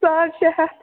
ساڑ شےٚ ہَتھ